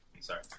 Sorry